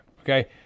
Okay